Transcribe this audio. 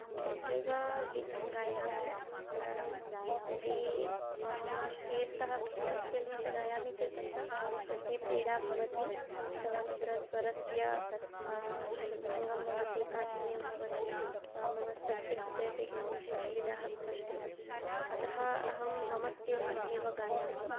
अहं तत्रैव गीतं गायामि कारणं यदि मम स्केल्तः भिन्नं स्केल्मध्ये गायामि चेत् तत्र कण्ठे पीडा भवति अथवा तत्र स्वरस्य भङ्गं भवति काठिन्यं भवति मम स्वस्य कृते अपि किञ्चित् असुविधाः भवन्ति अतः अहं मम स्केल्मध्ये एव गायामि